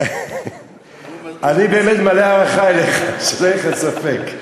איתן כבל גם הוא תמך ולא הספיק להצביע.